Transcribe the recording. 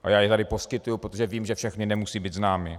A já je tady poskytuji, protože vím, že všechny nemusí být známy.